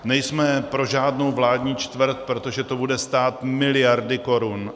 Nejsme pro žádnou vládní čtvrť, protože to bude stát miliardy korun.